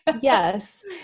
Yes